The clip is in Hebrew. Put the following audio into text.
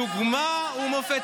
דוגמה ומופת.